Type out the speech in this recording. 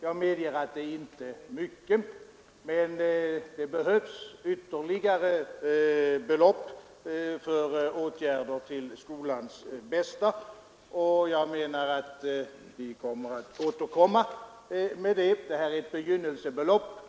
Jag medger dock att det inte är mycket pengar. Det behövs ytterligare belopp för åtgärder till skolans bästa. Vi återkommer också med förslag om det. Detta är bara ett begynnelsebelopp.